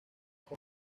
como